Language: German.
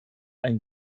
ein